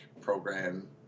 program